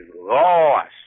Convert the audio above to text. lost